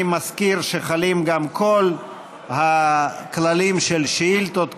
אני מזכיר שחלים גם כל הכללים של שאילתות,